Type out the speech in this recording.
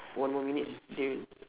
one more minutes they will